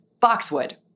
boxwood